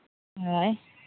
ᱦᱳᱭ